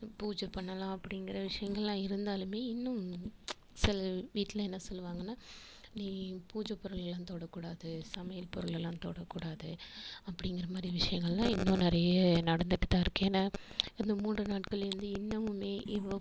பூஜை பண்ணலாம் அப்படிங்கிற விஷயங்கள்லாம் இருந்தாலுமே இன்னும் சில வீட்டில் என்ன சொல்லுவாங்கன்னால் நீ பூஜை பொருளெல்லாம் தொடக்கூடாது சமையல் பொருளெல்லாம் தொடக்கூடாது அப்படிங்கிற மாதிரி விஷயங்களெலாம் இன்னும் நிறைய நடந்துகிட்டு தான் இருக்குது ஏனால் அந்த மூன்று நாட்கள் வந்து இன்னுமே இவ்வளோ